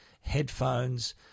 headphones